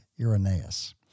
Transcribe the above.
Irenaeus